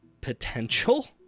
potential